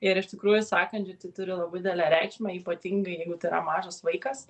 ir iš tikrųjų sakandžiui tai turi labai didelę reikšmę ypatingai jeigu tai yra mažas vaikas